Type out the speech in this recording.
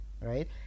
right